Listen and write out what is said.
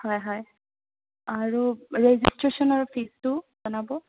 হয় হয় আৰু ৰেজিষ্ট্ৰেশ্যনৰ ফিজটো জনাব